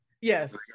Yes